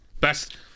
best